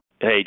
hey